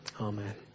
Amen